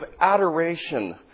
adoration